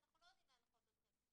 כי אנחנו לא יודעים להנחות אתכם.